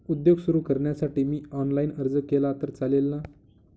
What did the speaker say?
उद्योग सुरु करण्यासाठी मी ऑनलाईन अर्ज केला तर चालेल ना?